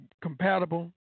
compatible